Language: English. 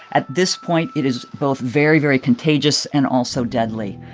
at this point, it is both very, very contagious and also deadly.